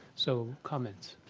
so, comments.